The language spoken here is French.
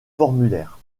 formulaire